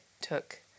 took